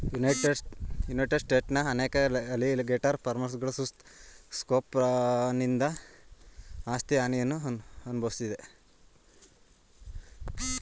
United ಸ್ಟೇಟ್ಸ್ನ ಅನೇಕ alligator ಫಾರ್ಮ್ಗಳು ಸುಸ್ ಸ್ಕ್ರೋಫನಿಂದ ಆಸ್ತಿ ಹಾನಿಯನ್ನು ಅನ್ಭವ್ಸಿದೆ